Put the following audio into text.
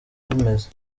bimeze